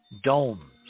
domes